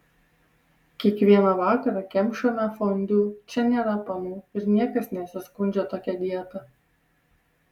kiekvieną vakarą kemšame fondiu čia nėra panų ir niekas nesiskundžia tokia dieta